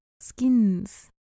skins